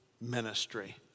ministry